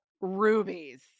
rubies